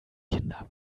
kinder